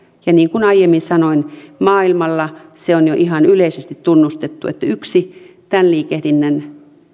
ja niin kuin aiemmin sanoin maailmalla se on jo ihan yleisesti tunnustettu että yksi tämän liikehdinnän